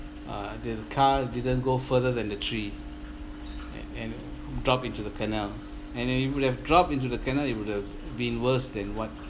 uh the car didn't go further than the tree and and drop into the canal and if you would have drop into the canal it would have been worse than what